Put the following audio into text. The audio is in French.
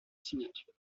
signature